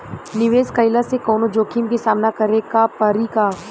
निवेश कईला से कौनो जोखिम के सामना करे क परि का?